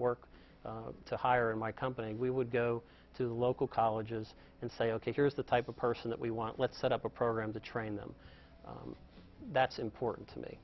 work to hire in my company we would go to the local colleges and say ok here is the type of person that we want let's set up a program to train them that's important to me